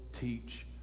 teach